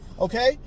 okay